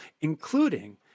including